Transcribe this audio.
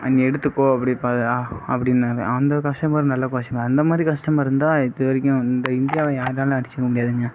அங்கே எடுத்துக்கோ அப்படி அப்படீன்னாரு அந்த கஸ்டமர் நல்ல கஸ்டமர் அந்தமாதிரி கஸ்டமர் இருந்தால் இதுவரைக்கும் இந்த இந்தியாவை யாராலும் அடிச்சிக்க முடியாதுங்க